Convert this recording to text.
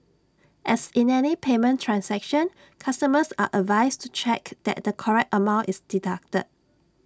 as in any payment transaction customers are advised to check that the correct amount is deducted